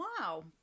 Wow